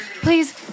please